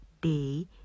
day